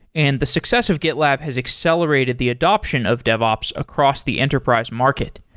and the success of gitlab has accelerated the adoption of devops across the enterprise market.